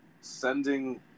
sending